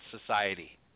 society